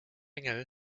engel